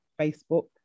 Facebook